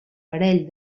parell